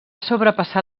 sobrepassar